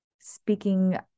speaking